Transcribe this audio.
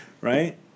Right